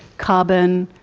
carbon,